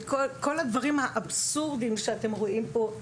את כל הדברים האבסורדים שאתם רואים פה,